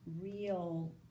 real